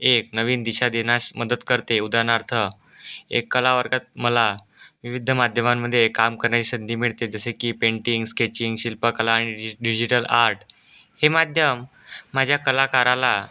एक नवीन दिशा देण्यास मदत करते उदाहरणार्थ एक कला वर्गात मला विविध माध्यमांमध्ये काम करण्याची संधी मिळते जसे की पेंटिंग स्केचिंग शिल्पकला आणि डिजिटल आर्ट हे माध्यम माझ्या कलाकाराला